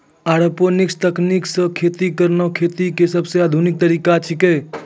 aeroponics तकनीक सॅ खेती करना खेती के सबसॅ आधुनिक तरीका छेकै